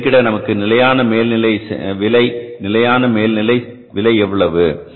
இதனை பெருகிட நமக்கு நிலையான மேல்நிலை விலை நிலையான மேல்நிலை விலை எவ்வளவு